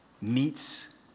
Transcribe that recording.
meets